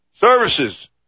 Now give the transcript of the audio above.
Services